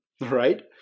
right